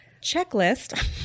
checklist